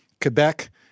Quebec